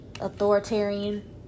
authoritarian